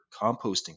composting